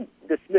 dismiss